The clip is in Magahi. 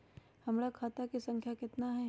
हमर खाता के सांख्या कतना हई?